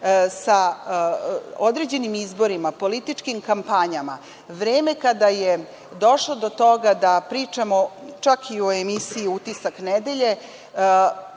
sa određenim izborima, političkim kampanjama, vreme kada je došlo do toga da pričamo čak i o emisiji „Utisak nedelje“